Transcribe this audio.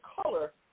color